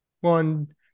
One